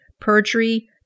perjury